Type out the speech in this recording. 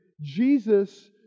Jesus